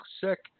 sick